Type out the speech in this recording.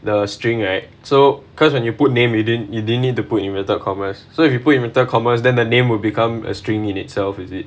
the string right so because when you put name you didn't you didn't need to put inverted commas so if you put inverted commas than the name will become a string in itself is it